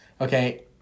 Okay